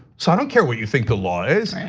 so i don't care what you think the law is. and